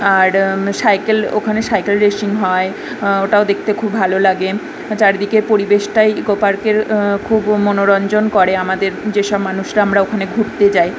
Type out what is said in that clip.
আর cycle ওখানে cycle racing হয় ওটাও দেখতে খুব ভালো লাগে চারদিকের পরিবেশটাই ইকো পার্কের খুবও মনোরঞ্জন করে আমাদের যেসব মানুষরা আমরা ওখানে ঘুরতে যাই